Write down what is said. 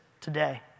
today